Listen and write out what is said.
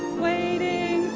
wait a